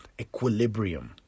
equilibrium